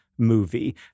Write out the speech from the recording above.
movie